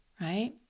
right